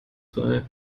frei